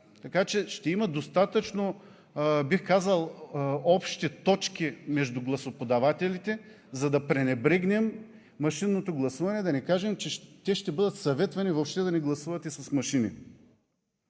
Така че ще има достатъчно, бих казал общи точки между гласоподавателите, за да пренебрегнем машинното гласуване, да не кажем, че те ще бъдат съветвани въобще да не гласуват с машини.